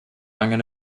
angen